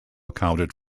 accounted